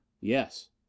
Yes